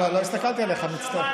אבל לא הסתכלתי עליך, מצטער.